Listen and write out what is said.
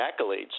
accolades